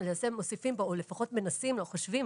למעשה מוסיפים או לפחות מנסים או חושבים